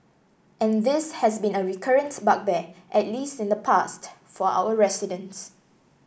and this has been a recurrent bugbear at least in the past for our residents